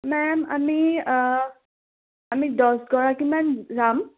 ma'am আমি আমি দছগৰাকীমান যাম